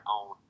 own